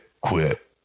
quit